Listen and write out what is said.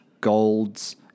golds